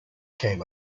came